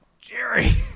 Jerry